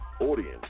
audience